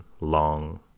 long